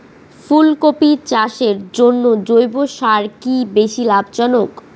ফুলকপি চাষের জন্য জৈব সার কি বেশী লাভজনক?